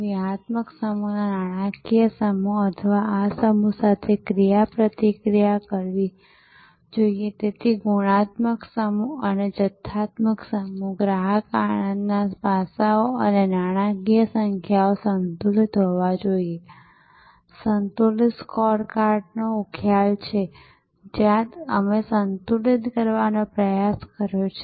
ડબ્બાવાલા સંસ્થાનું માળખું ખૂબ જ સરળ છે તે માત્ર સરળ ત્રણ સ્તરીય માળખું છે અને ત્યાં જૂથો છે અને મોટાભાગે લોકો જેઓ સંકળાયેલા છે તેઓ ખરેખર કર્મચારીઓ નથી તેઓ ખરેખર ઉધ્યોગસાહસિકો છે જે આ વિતરણ પદ્ધતિ થી વધારે કમાય શકે છે